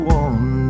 one